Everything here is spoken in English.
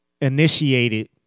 initiated